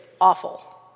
awful